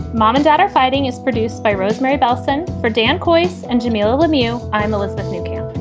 mom and dad are fighting is produced by rosemarie bellson for dan coats and jamilah lemieux. i'm elizabeth